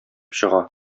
чыга